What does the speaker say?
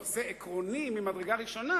נושא עקרוני ממדרגה ראשונה,